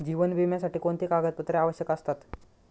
जीवन विम्यासाठी कोणती कागदपत्रे आवश्यक असतात?